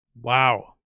Wow